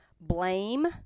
blame